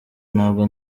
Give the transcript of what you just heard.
ntabwo